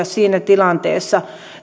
siinä tilanteessa